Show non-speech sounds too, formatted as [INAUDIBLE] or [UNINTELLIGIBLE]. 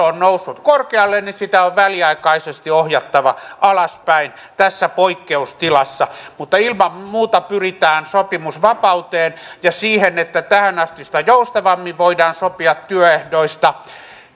[UNINTELLIGIBLE] on noussut korkealle niin sitä on väliaikaisesti ohjattava alaspäin tässä poikkeustilassa mutta ilman muuta pyritään sopimusvapauteen ja siihen että tähänastista joustavammin voidaan sopia työehdoista